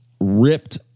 ripped